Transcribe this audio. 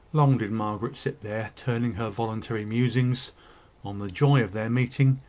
long did margaret sit there, turning her voluntary musings on the joy of their meeting,